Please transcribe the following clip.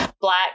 black